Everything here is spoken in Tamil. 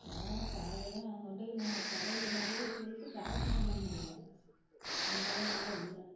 வேற காய் எல்லாம் அங்கே கொண்டுப்போய் நாம் கடையில் கொண்டுப்போய் கொடுத்து காசும் பண்ண முடியல அந்த அளவுக்கெலாம் இல்லை